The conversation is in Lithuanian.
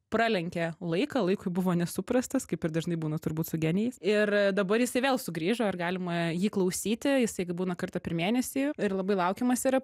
pralenkė laiką laikui buvo nesuprastas kaip ir dažnai būna turbūt su genijais ir dabar jisai vėl sugrįžo ar galima jį klausyti jisai būna kartą per mėnesį ir labai laukiamas yra